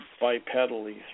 bipedally